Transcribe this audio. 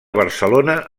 barcelona